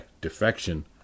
defection